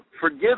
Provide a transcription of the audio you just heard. forgive